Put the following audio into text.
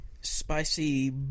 spicy